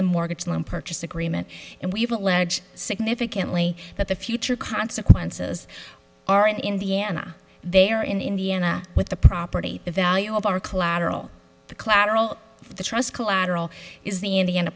the mortgage loan purchase agreement and we pledge significantly that the future consequences aren't indiana there in indiana with the property value of our collateral the collateral for the trust collateral is the indiana